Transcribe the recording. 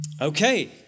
Okay